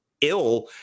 ill